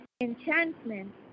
enchantment